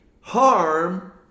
harm